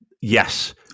Yes